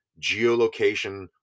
geolocation